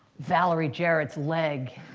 valerie jarrett's leg.